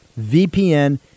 VPN